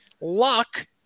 Luck